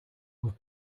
were